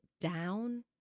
down